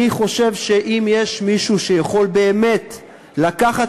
אני חושב שאם יש מישהו שיכול באמת לקחת